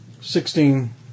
Sixteen